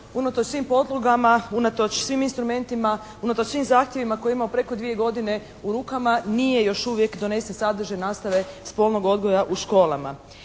unatoč svim … /Ne razumije se./ … unatoč svim instrumentima, unatoč svim zahtjevima koje je imao preko dvije godine u rukama, nije još uvije donesen sadržaj nastave spolnog odgoja u školama.